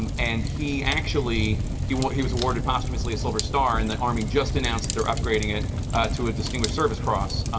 um and he actually he he was awarded, posthumously, a silver star, and the army just announced that they're upgrading it to a distinguished service cross.